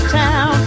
town